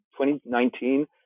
2019